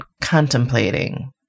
contemplating